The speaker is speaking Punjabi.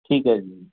ਠੀਕ ਹੈ ਜੀ